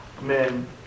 men